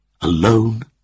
alone